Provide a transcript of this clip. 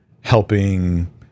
helping